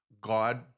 God